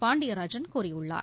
பாண்டியராஜன் கூறியுள்ளார்